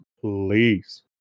please